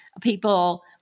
people